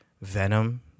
venom